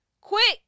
Quick